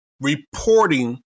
reporting